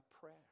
prayer